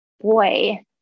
boy